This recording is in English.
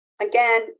again